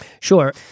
Sure